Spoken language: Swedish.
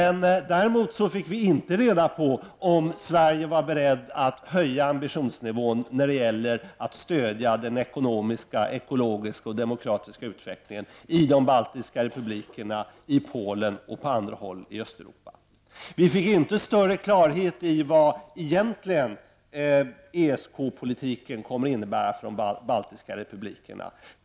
Däremot fick vi inte reda på om Sverige är berett att höja ambitionsnivån när det gäller att stödja den ekonomiska, ekologiska och demokratiska utvecklingen i de baltiska republikerna, i Polen och på andra håll i Östeuropa. Det klargjordes inte vad ESK-politiken egentligen kommer att innebära för de baltiska republikerna.